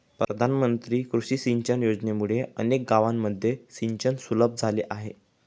प्रधानमंत्री कृषी सिंचन योजनेमुळे अनेक गावांमध्ये सिंचन सुलभ झाले आहे